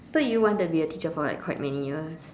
I thought you wanted to be a teacher for like quite many years